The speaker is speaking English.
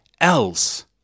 else